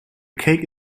cake